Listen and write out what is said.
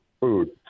food